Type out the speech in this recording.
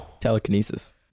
Telekinesis